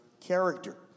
character